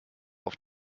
auf